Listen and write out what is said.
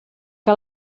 que